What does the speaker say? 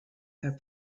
have